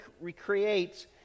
recreates